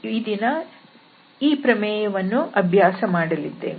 ಈ ದಿನ ನಾವು ಈ ಪ್ರಮೇಯವನ್ನು ಅಭ್ಯಾಸ ಮಾಡಲಿದ್ದೇವೆ